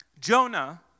Jonah